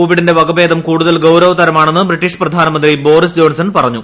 കോവിഡിന്റെ വകഭേദം കൂടുത്ത്ര് ഗൌരവതരമാണെന്ന് ബ്രിട്ടീഷ് പ്രധാനമന്ത്രി ബോറിസ് ജോൺസ്സൺ ്പറഞ്ഞു